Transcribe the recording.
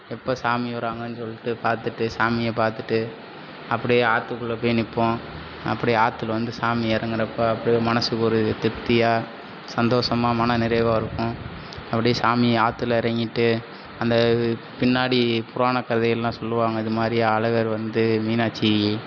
எப்போ சாமி வருவாங்கன்னு சொல்லிட்டு பார்த்துட்டு சாமியை பார்த்துட்டு அப்படியே ஆத்துக்குள்ளே போய் நிற்போம் அப்படியே ஆற்றுல வந்து சாமி இறங்குறப்போ அப்படியே மனசுக்கு ஒரு திருப்தியாக சந்தோஷமாக மன நிறைவாக இருக்கும் அப்படியே சாமி ஆற்றுல இறங்கிட்டு அந்த பின்னாடி புராண கதையெல்லாம் சொல்லுவாங்கள் இது மாதிரி அழகர் வந்து மீனாட்சி